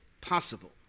possible